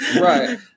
Right